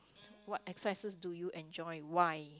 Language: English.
what exercises do you enjoy why